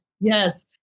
Yes